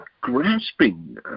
grasping